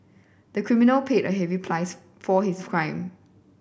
the criminal paid a heavy price for his crime